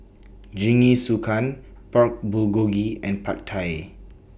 Jingisukan Pork Bulgogi and Pad Thai